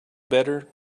better